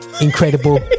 Incredible